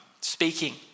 speaking